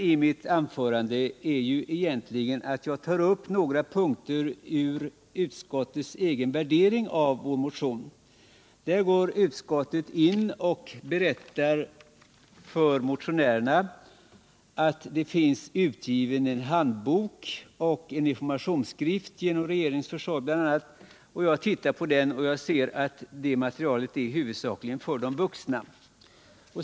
I mitt anförande tog jag upp några punkter i utskottets egen värdering av motionen. Utskottet berättar för motionärerna att en handbok och en informationsskrift har getts ut, bl.a. genom regeringens försorg. Materialet i den senare är huvudsakligen för vuxna.